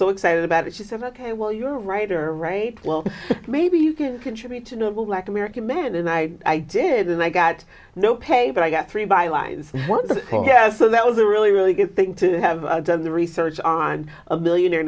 so excited about it she said ok well you're a writer right well maybe you can contribute to noble black american men and i did and i got no pay but i got three by line one yeah so that was a really really good thing to have done the research on a millionaire